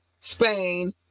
spain